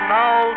now